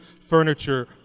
furniture